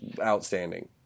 outstanding